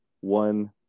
one